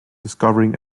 discovering